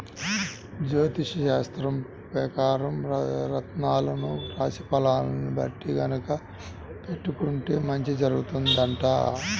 జ్యోతిష్యశాస్త్రం పెకారం రత్నాలను రాశి ఫలాల్ని బట్టి గనక పెట్టుకుంటే మంచి జరుగుతుందంట